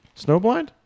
Snowblind